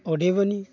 अदेबानि